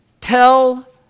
tell